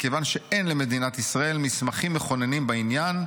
מכיוון שאין למדינת ישראל מסמכים מכוננים בעניין,